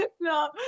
No